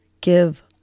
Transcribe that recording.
give